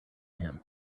him